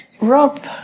Rob